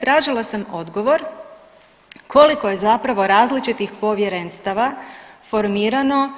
Tražila sam odgovor koliko je zapravo različitih povjerenstava formirano